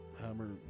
Hammer